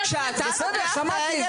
בסדר, שמעתי.